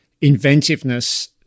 inventiveness